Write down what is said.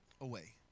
away